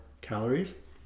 calories